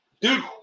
dude